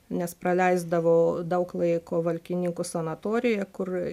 nes praleisdavo daug laiko valkininkų sanatorijoje kur